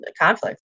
conflict